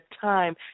time